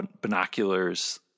binoculars